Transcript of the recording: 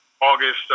August